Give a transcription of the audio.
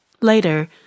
Later